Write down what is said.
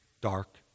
dark